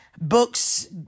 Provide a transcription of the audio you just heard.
Books